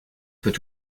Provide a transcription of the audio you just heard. peut